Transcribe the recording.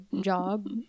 job